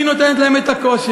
היא נותנת להם את הכושר.